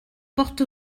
porte